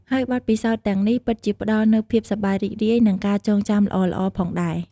ហើយបទពិសោធន៍ទាំងនេះពិតជាផ្តល់នូវភាពសប្បាយរីករាយ និងការចងចាំល្អៗផងដែរ។